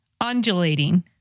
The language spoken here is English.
undulating